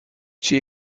she